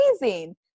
amazing